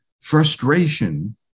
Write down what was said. frustration